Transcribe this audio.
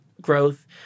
growth